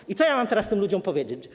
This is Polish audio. I co ja mam teraz tym ludziom powiedzieć?